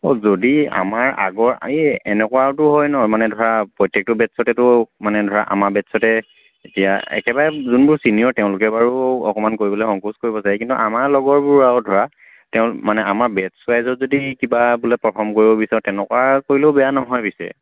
অঁ যদি আমাৰ আগৰ এই এনেকুৱাতো হয় ন মানে ধৰা প্ৰত্যেকটো বেটছতেতো মানে ধৰা আমাৰ বেটছতে এতিয়া একেবাৰে যোনবোৰ চিনিয়ৰ তেওঁলোকে বাৰু অকণমান কৰিবলৈ সংকোচ কৰিব যায় কিন্তু আমাৰ লগৰবোৰ আৰু ধৰা তেওঁ মানে আমাৰ বেটছ ৱাইজত যদি কিবা বোলে পাৰফৰ্ম কৰিব বিচাৰ তেনেকুৱা কৰিলেও বেয়া নহয় পিছে